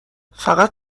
فقط